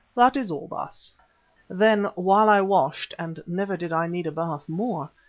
that is all, baas. then while i washed, and never did i need a bath more,